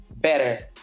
better